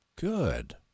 Good